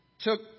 took